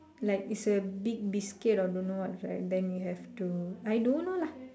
like is a big biscuit or don't know what right then you have to I don't know lah